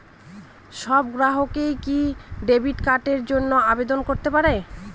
সব গ্রাহকই কি ডেবিট কার্ডের জন্য আবেদন করতে পারে?